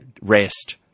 rest